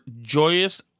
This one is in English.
joyous